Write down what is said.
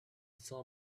saw